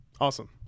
awesome